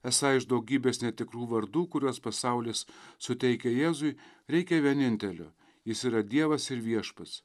esą iš daugybės netikrų vardų kuriuos pasaulis suteikė jėzui reikia vienintelio jis yra dievas ir viešpats